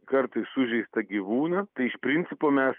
kartais sužeistą gyvūną iš principo mes